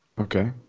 Okay